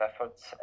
efforts